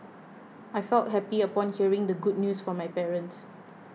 I felt happy upon hearing the good news from my parents